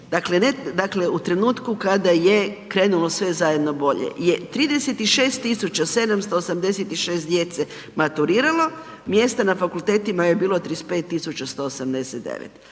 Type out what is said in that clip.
2015. u trenutku kada je krenulo sve zajedno bolje je 36.786 djece maturiralo, mjesta na fakultetima je bilo 35.189.